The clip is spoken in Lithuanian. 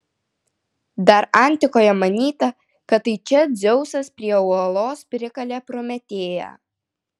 dar antikoje manyta kad tai čia dzeusas prie uolos prikalė prometėją